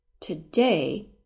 today